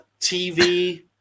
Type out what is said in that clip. TV